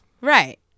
Right